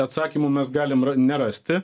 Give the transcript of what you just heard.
atsakymų mes galim nerasti